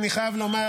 אני חייב לומר,